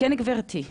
כן, גברתי.